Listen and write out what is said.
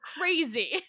crazy